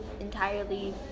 entirely